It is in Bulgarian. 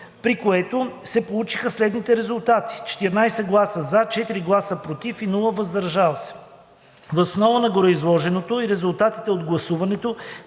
при което се получиха следните резултати: 14 гласа „за“, 4 гласа „против“ и без гласове „въздържал се“. Въз основа на гореизложеното и резултатите от гласуването